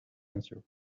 answer